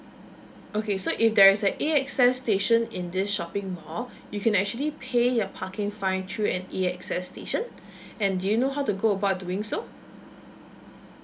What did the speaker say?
okay so if there is a A_X_S station in this shopping mall you can actually pay your parking fine through an A_X_S station and do you know how to go about doing so